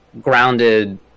grounded